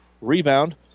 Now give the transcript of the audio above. Rebound